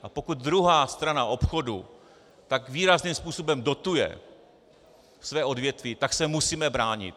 A pokud druhá strana obchodu tak výrazným způsobem dotuje svá odvětví, tak se musíme bránit.